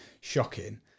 shocking